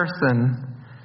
person